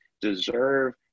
deserve